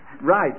Right